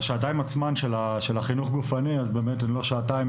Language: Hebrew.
שעתיים של חינוך גופני זה לא שעתיים,